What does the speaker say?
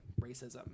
racism